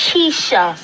Keisha